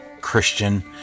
Christian